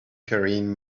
carrying